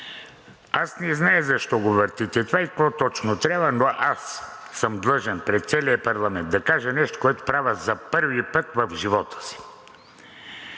Не зная защо го въртите това и какво точно трябва, но аз съм длъжен пред целия парламент да кажа нещо, което правя за първи път в живота си.